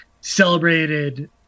celebrated